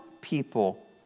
people